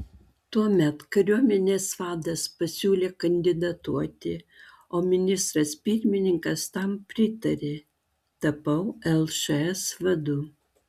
tuomet kariuomenės vadas pasiūlė kandidatuoti o ministras pirmininkas tam pritarė tapau lšs vadu